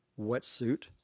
wetsuit